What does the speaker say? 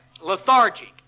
lethargic